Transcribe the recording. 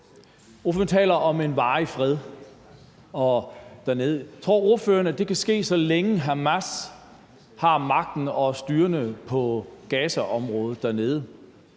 Ordføreren taler om en varig fred dernede. Tror ordføreren, at det kan ske, så længe Hamas har magten og er styrende i Gazaområdet dernede?